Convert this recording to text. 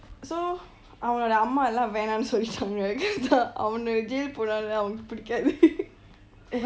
so அவன் அம்மா எல்லாம் வேணானுன் சொல்லிட்டாங்க ஏன்னா அவன்:avan amma ellaam venaanu chonnanga enna avan jail க்கு போனதனால அவனை பிடிக்காது:ku poonatala avanai pitikaatu